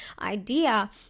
idea